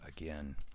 again